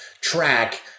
track